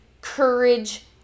courage